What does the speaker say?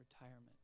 retirement